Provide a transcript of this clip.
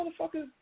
motherfuckers